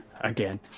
again